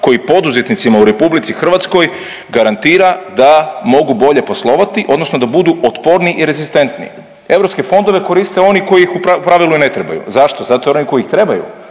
koji poduzetnicima u Republici Hrvatskoj garantira da mogu bolje poslovati, odnosno da budu otporniji i rezistentni. Europske fondove koriste oni koji ih u pravilu ne trebaju? Zašto? Zato jer oni koji ih trebaju